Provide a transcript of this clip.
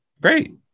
great